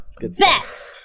best